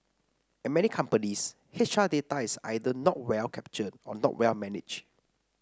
at many companies H R data is either not well captured or not well managed